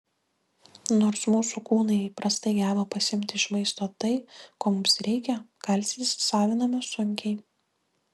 nors mūsų kūnai įprastai geba pasiimti iš maisto tai ko mums reikia kalcį įsisaviname sunkiai